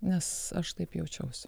nes aš taip jaučiausi